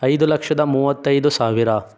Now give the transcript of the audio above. ಐದು ಲಕ್ಷದ ಮೂವತ್ತೈದು ಸಾವಿರ